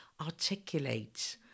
articulate